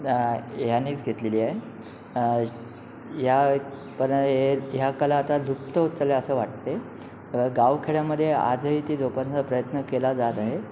ह्यानेच घेतलेली आहे या पन हे ह्या कला आता लुप्त होत चालल्या असं वाटते गावखेड्यामधे आजही ते जोपासायचा प्रयत्न केला जात आहे